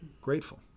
grateful